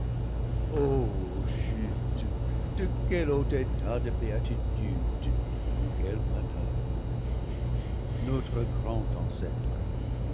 de quel haut état de béatitude dans quel malheur notre grand ancêtre